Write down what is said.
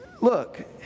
look